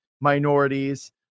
minorities